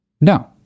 No